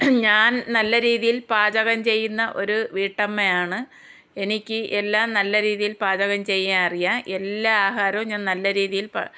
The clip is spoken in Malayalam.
ഞാൻ നല്ല രീതിയിൽ പാചകം ചെയ്യുന്ന ഒരു വീട്ടമ്മയാണ് എനിക്ക് എല്ലാം നല്ല രീതിയിൽ പാചകം ചെയ്യാനറിയാം എല്ലാ ആഹാരവും ഞാൻ നല്ല രീതിയിൽ